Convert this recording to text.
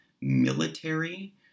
military